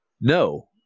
No